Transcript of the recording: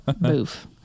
boof